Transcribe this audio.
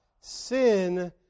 sin